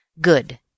Good